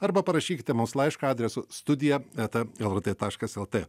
arba parašykite mums laišką adresu studija eta lrt taškas lt